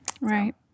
Right